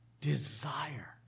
desire